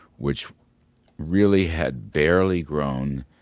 which really had barely grown